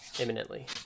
imminently